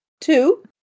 two